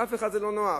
לאף אחד זה לא נוח,